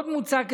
עוד מוצע,